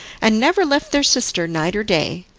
and never left their sister night or day.